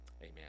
Amen